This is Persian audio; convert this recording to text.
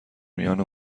میان